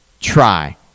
try